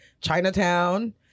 Chinatown